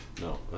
No